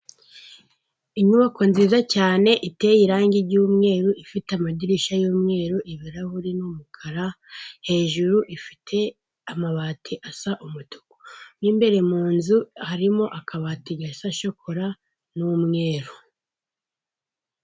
Inyubako nziza cyane iteye irange ry'umweru, ifite amadirishya y'umweru, ibirahuri n'umukara, hejuru ifite amabati asa umutuku, mo imbere mu nzu, harimo akabati gasa shokora n'umweru.